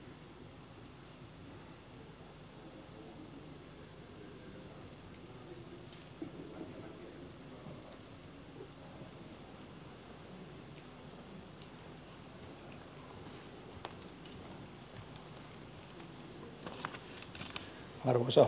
arvoisa puhemies